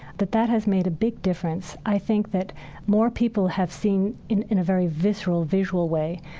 that that has made a big difference. i think that more people have seen, in in a very visceral, visual way,